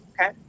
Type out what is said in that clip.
Okay